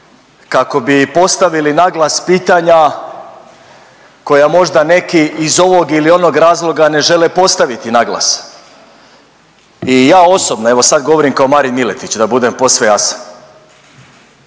kako bi postavili naglas pitanja koja možda neki iz ovog ili onog razloga ne žele postaviti naglas i ja osobno, evo, sad govorim kao Marin Miletić, da budem posve jasan,